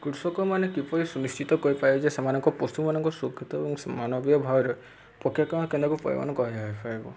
କୃଷକମାନେ କିପରି ସୁନିଶ୍ଚିତ କରିପାରିବେ ଯେ ସେମାନଙ୍କ ପଶୁମାନଙ୍କୁ ସୁରକ୍ଷିତ ଏବଂ ମାନବୀୟ ଭାବରେ ପକ୍ଷକ କେନ୍ଦ୍ରକୁ ପ୍ରଦାନ କରା ଯାଇପାରିବ